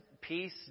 peace